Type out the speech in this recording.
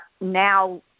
now